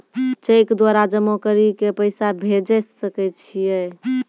Cheque द्वारा जमा करि के पैसा भेजै सकय छियै?